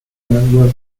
were